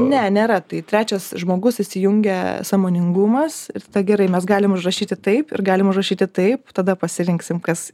ne nėra tai trečias žmogus įsijungia sąmoningumas ir tada gerai mes galim užrašyti taip ir galim užrašyti taip tada pasirinksim kas